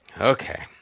Okay